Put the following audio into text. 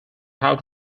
how